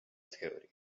theory